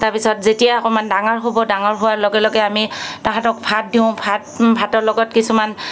তাৰপিছত যেতিয়া অকণমান ডাঙাৰ হ'ব ডাঙৰ হোৱাৰ লগে লগে আমি তাহাঁতক ভাত দিওঁ ভাত ভাতৰ লগত কিছুমান